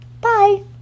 Bye